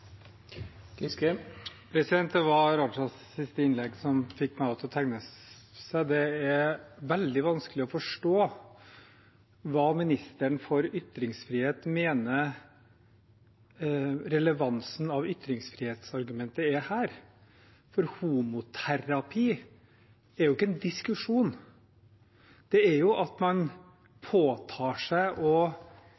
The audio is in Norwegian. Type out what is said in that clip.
Det var Rajas siste innlegg som fikk meg til å tegne meg. Det er veldig vanskelig å forstå hva ministeren for ytringsfrihet mener relevansen av ytringsfrihetsargumentet er her, for homoterapi er ikke en diskusjon. Det er jo at man